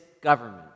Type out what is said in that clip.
government